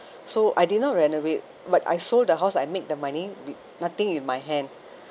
so I did not renovate but I sold the house I make the money with nothing in my hand